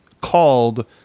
called